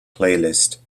playlist